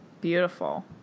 Beautiful